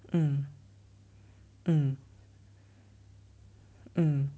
mm mm mm